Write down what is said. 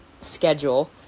schedule